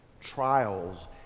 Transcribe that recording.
trials